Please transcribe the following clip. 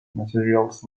materials